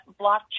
blockchain